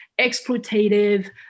exploitative